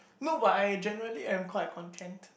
no but I generally am quite content